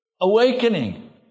awakening